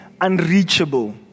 unreachable